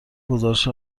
گزارش